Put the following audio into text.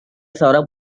seorang